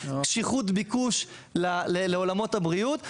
קשיחות ביקוש לעולמות הבריאות.